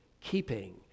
keeping